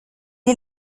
est